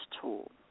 tool